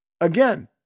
Again